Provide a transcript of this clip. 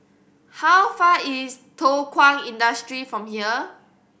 how far is Thow Kwang Industry from here